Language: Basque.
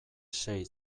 sei